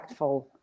impactful